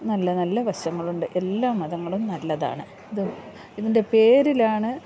നല്ല നല്ല വശങ്ങളുണ്ട് എല്ലാ മതങ്ങളും നല്ലതാണ് ഇത് ഇതിൻ്റെ പേരിലാണ്